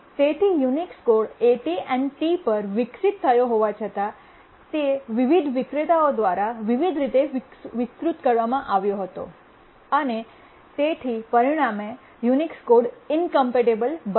તેથી Unix code AT and T પર વિકસિત થયો હોવા છતાં તે વિવિધ વિક્રેતાઓ દ્વારા વિવિધ રીતે વિસ્તૃત કરવામાં આવ્યો હતો અને તેથી પરિણામે યુનિક્સ કોડ ઇન્કમ્પૈટબલ બન્યો